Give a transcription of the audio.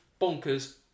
bonkers